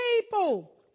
people